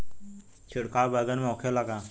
छिड़काव बैगन में होखे ला का?